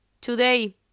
Today